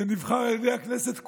שנבחר על ידי הכנסת כולה,